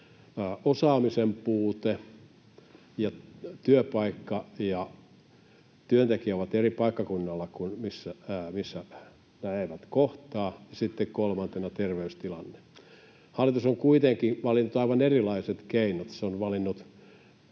ja se, että työpaikka ja työntekijä ovat eri paikkakunnilla — nämä eivät kohtaa — ja sitten kolmantena terveystilanne. Hallitus on kuitenkin valinnut aivan erilaiset keinot.